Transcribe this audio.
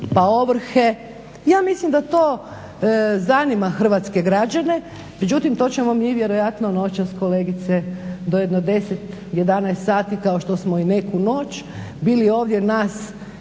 pa ovrhe, ja mislim da to zanima hrvatske građane. Međutim to ćemo mi vjerojatno noćas kolegice do jedno 10, 11 sati kao što smo i neku noć bili ovdje nas